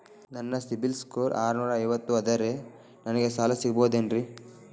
ನನ್ನ ಸಿಬಿಲ್ ಸ್ಕೋರ್ ಆರನೂರ ಐವತ್ತು ಅದರೇ ನನಗೆ ಸಾಲ ಸಿಗಬಹುದೇನ್ರಿ?